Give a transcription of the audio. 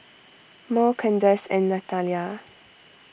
Murl Candace and Natalya